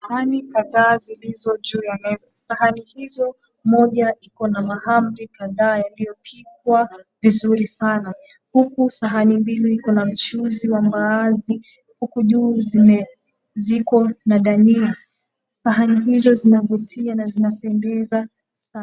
Sahani kadha zilizo juu ya meza. Sahani hizo moja iko na mahamri kadhaa yaliyopikwa vizuri sana. Huku sahani mbili iko na mchuzi wa mbaazi huku juu zime ziko na dania. Sahani hizo zinavutia na zinapendeza sana.